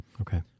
Okay